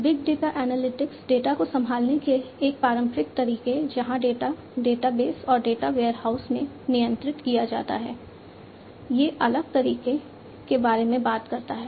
big data analytics data को संभालने के एक पारंपरिक तरीके जहां डेटा डेटाबेस और डेटा वेयरहाउस में नियंत्रित किया जाता है से अलग तरीके के बारे में बात करता है